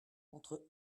entre